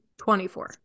24